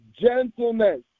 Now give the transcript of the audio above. gentleness